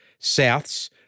Souths